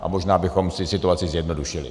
A možná bychom si situaci zjednodušili.